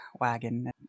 wagon